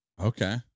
Okay